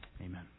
amen